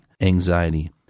anxiety